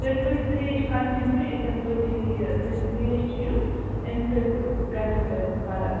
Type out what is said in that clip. تُہۍ تھٲوِو ترٛیش کَنٹِنیٛوٗ یِتھَے پٲٹھۍ ییٚلہِ یہِ تُہۍ ترٛیش چیٚیِو اَمہِ سۭتۍ گَژھٮ۪و تۄہہِ فرق